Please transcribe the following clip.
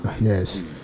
yes